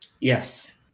yes